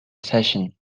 session